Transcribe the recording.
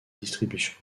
distributions